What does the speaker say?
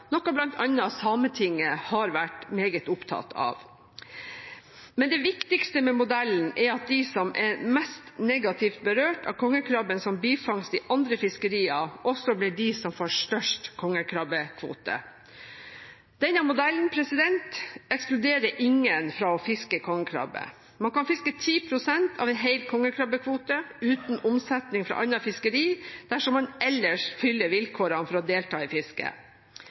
noe bl.a. Sametinget har vært meget opptatt av. Men det viktigste med modellen er at de som er mest negativt berørt av kongekrabbe som bifangst i andre fiskerier, også blir de som får størst kongekrabbekvote. Denne modellen ekskluderer ingen fra å fiske kongekrabbe. Man kan fiske 10 pst. av en hel kongekrabbekvote uten omsetning fra annet fiskeri, dersom man ellers fyller vilkårene for å delta i fisket.